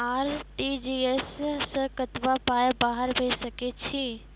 RTGS सअ कतबा पाय बाहर भेज सकैत छी?